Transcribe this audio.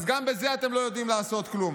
אז גם בזה אתם לא יודעים לעשות כלום.